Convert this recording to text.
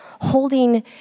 Holding